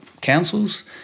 councils